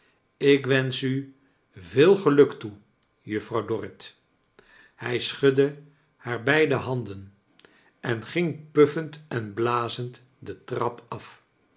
ik wensch u veel geluk toe juffrouw dorrit hij schudde haar beide handen en ging puffend en blazend de trap af